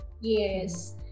Yes